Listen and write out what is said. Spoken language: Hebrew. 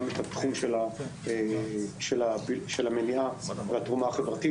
גם את תחום המניעה והתרומה החברתית